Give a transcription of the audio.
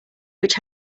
which